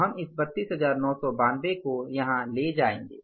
तो हम इस 32992 को यहां ले जाएंगे